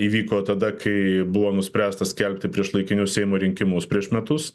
įvyko tada kai buvo nuspręsta skelbti priešlaikinius seimo rinkimus prieš metus